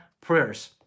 prayers